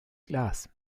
glas